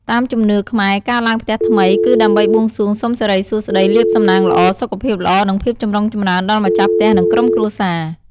តាមជំនឿខ្មែរ ការឡើងផ្ទះថ្មី គឺដើម្បីបួងសួងសុំសិរីសួស្ដី លាភសំណាងល្អ សុខភាពល្អ និងភាពចម្រុងចម្រើនដល់ម្ចាស់ផ្ទះ និងក្រុមគ្រួសារ។